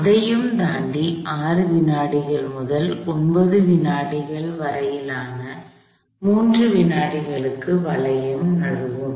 அதையும் தாண்டி 6 வினாடிகள் முதல் 9 வினாடிகள் வரையிலான 3 வினாடிகளுக்கு வளையம் நழுவும்